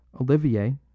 Olivier